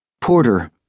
Porter